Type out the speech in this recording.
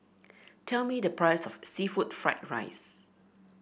tell me the price of seafood Fried Rice